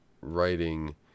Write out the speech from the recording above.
writing